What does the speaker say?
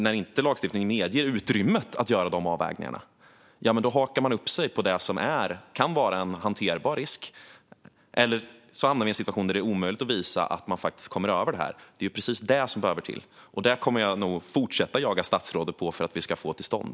När lagstiftningen inte ger utrymme att göra de avvägningarna hakar man upp sig på det som kan vara en hanterbar risk, eller också hamnar man i en situation där det är omöjligt att bevisa att man faktiskt kommer över det här. Det är precis det som behöver komma till, och det kommer jag att fortsätta jaga statsrådet för att vi ska få till stånd.